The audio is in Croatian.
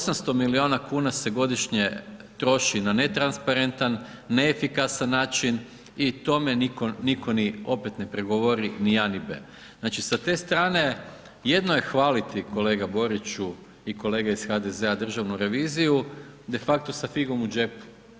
800 milijuna kuna se godišnje troši na netransparentan, neefikasan način i tome nitko opet ne prigovori ni a ni b. Znači sa te strane, jedno je hvaliti kolega Boriću i kolege iz HDZ-a Državnu reviziju, de facto sa figom u džepu.